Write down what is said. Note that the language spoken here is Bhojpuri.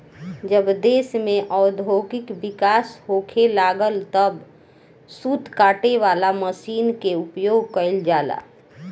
जब देश में औद्योगिक विकास होखे लागल तब सूत काटे वाला मशीन के उपयोग गईल जाला